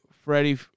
Freddie